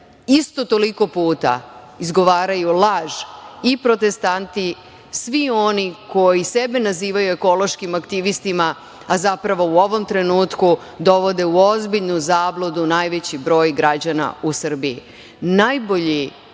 isto toliko puta izgovaraju laž i protestanti, svi oni koji sebe nazivaju ekološkim aktivistima, a zapravo u ovom trenutku dovode u ozbiljnu zabludu najveći broj građana u